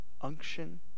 unction